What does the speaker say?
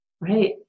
Right